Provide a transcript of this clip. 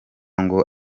ngo